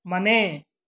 ಮನೆ